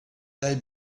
they